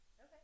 Okay